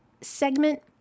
segment